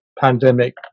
pandemic